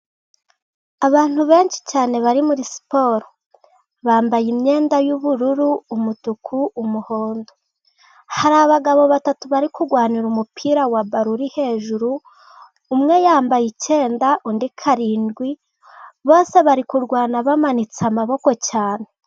Abantu benshi cyane bari muri siporo, bambaye imyenda y'ubururu, umutuku, umuhondo. Hari abagabo batatu bari kurwanira umupira wa baro uri hejuru, umwe yambaye icyenda undi karindwi, bose bari kurwana bamanitse amaboko cyane.